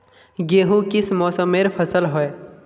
गेहूँ किस मौसमेर फसल होय?